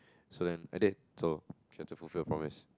so then I did so she had to fulfill her promise